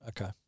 Okay